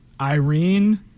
Irene